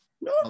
no